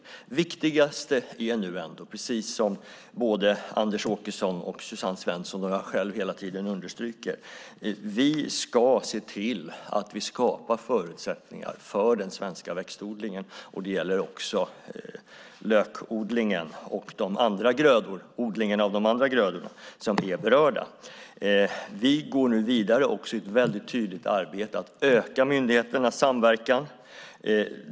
Det viktigaste är nu ändå, precis som Anders Åkesson, Suzanne Svensson och jag själv hela tiden understryker, att vi ska se till att skapa förutsättningar för den svenska växtodlingen. Det gäller också lökodlingen och odling av de andra grödor som är berörda. Vi går nu också vidare i ett väldigt tydligt arbete för att öka myndigheternas samverkan.